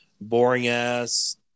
boring-ass